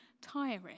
tiring